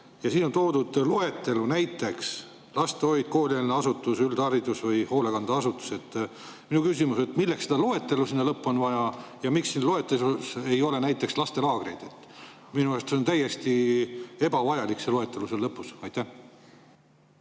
ja on toodud loetelu "näiteks lastehoid, koolieelne asutus, üldhariduskool või hoolekandeasutus". Mu küsimus on, milleks seda loetelu sinna lõppu on vaja ja miks siin loetelus ei ole näiteks lastelaagreid? Minu arust on täiesti ebavajalik see loetelu seal lõpus. Härra